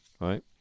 right